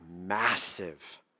massive